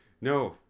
no